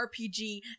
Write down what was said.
rpg